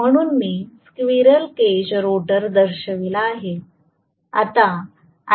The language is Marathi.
म्हणून मी स्क्विरल केज रोटर दर्शविला आहे